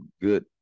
good